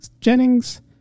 Jennings